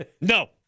No